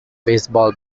baseball